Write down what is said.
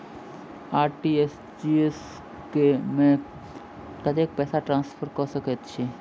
RTGS मे कतेक पैसा ट्रान्सफर कऽ सकैत छी?